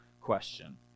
question